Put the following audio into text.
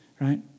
right